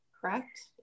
correct